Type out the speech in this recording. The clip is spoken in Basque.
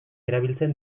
erabiltzen